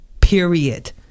period